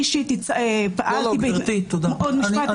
גברתי, תודה.